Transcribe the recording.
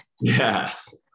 yes